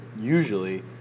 usually